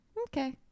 Okay